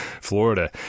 Florida